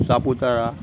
Saputara